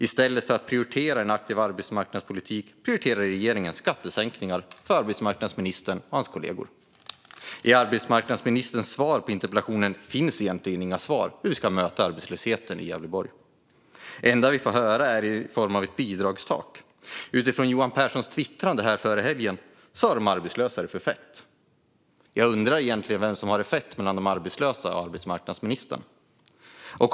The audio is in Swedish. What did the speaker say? I stället för att prioritera en aktiv arbetsmarknadspolitik prioriterar regeringen skattesänkningar för arbetsmarknadsministern och hans kollegor. I arbetsmarknadsministerns svar på interpellationen finns egentligen inga svar på hur vi ska möta arbetslösheten i Gävleborg. Det enda vi får höra är att det ska införas ett bidragstak. Enligt Johan Pehrsons twittrande före helgen har de arbetslösa det för fett. Jag undrar vem som egentligen har det fett - de arbetslösa eller arbetsmarknadsministern.